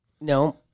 No